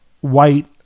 White